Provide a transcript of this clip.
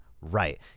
right